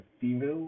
female